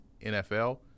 NFL